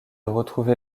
retrouver